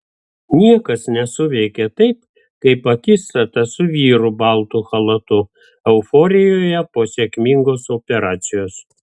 niekas nesuveikė taip kaip akistata su vyru baltu chalatu euforijoje po sėkmingos operacijos